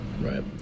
Right